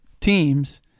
teams